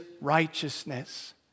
righteousness